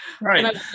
Right